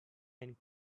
and